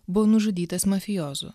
buvo nužudytas mafijozų